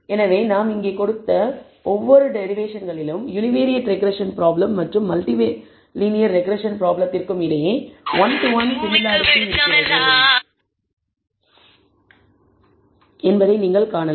எனவே நாம் இங்கே கொடுத்த ஒவ்வொரு டெரிவேஷன்களிலும் யுனிவேரியேட் ரெக்ரெஸ்ஸன் பிராப்ளம் மற்றும் மல்டி லீனியர் ரெக்ரெஸ்ஸன் பிராப்ளத்திற்கும் இடையே ஒன் டு ஒன் சிமிலாரிடி இருப்பதை நீங்கள் காணலாம்